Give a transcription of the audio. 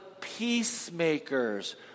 peacemakers